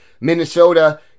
Minnesota